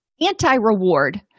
Anti-reward